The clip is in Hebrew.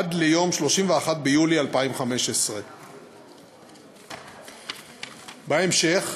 עד 31 ביולי 2015. בהמשך,